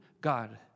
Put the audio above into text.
God